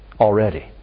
already